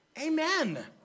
Amen